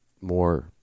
more